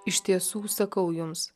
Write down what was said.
iš tiesų sakau jums